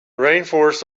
rainforests